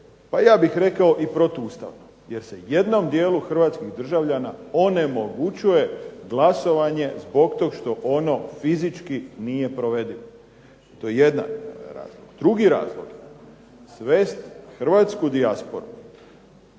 pa ja bih rekao i protuustavno, jer se jednom dijelu hrvatskih državljana onemogućuje glasovanje zbog toga što ono fizički nije provedivo. To je jedan razlog. Drugi razlog svest hrvatsku dijasporu